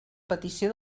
petició